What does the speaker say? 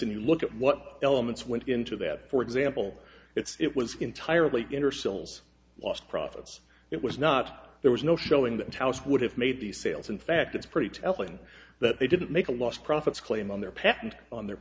and you look at what elements went into that for example it's it was entirely in her cells lost profits it was not there was no showing the house would have made the sales in fact it's pretty telling that they didn't make a lost profits claim on their patent on their